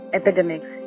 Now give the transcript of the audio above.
epidemics